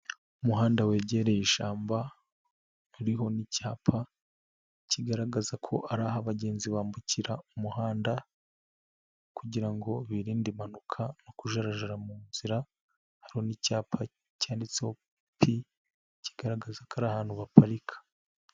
Umuhanda wegereye ishyamba uriho n'icyapa kigaragaza ko ari aho abagenzi bambukira umuhanda kugira ngo birinde impanuka no kujarajara mu nzira hari n'icyapa cyanditseho P kigaragaza ko ari ahantu baparika.